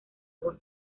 agua